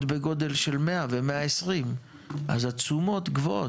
בגודל של 100 ו-120 אז התשומות גבוהות,